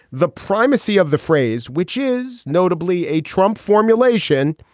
the primacy of the phrase, which is notably a trump formulation,